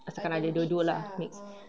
asalkan ada dua-dua lah mixed